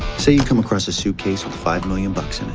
say you come across a suitcase with five million bucks